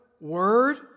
word